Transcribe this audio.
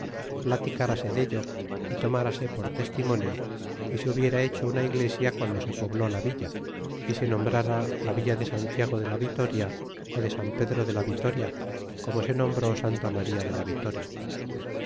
caballeros platicarase dello y tomarase por testimonio y se hubiera hecho una iglesia guando se pobló la villa y se nombrara la villa de santiago de la vitoria ó de san pedro de la vitoria como se nombró santa maría de la vitoria